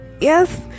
Yes